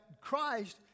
Christ